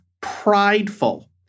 prideful